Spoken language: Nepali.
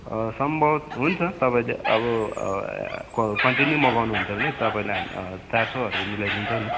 सम्भवत हुन्छ तपाईँ चाहिँ अब क कन्टिन्यू मगाउनु हुन्छ भने तपाईँलाई चार सौहरू मिलाइ दिन्छौँ नि